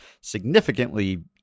significantly